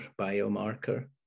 biomarker